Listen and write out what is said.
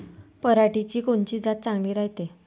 पऱ्हाटीची कोनची जात चांगली रायते?